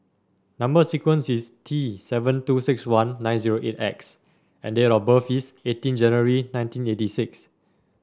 number sequence is T seven two six one nine zero eight X and date of birth is eighteen January nineteen eighty six